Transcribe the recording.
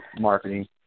marketing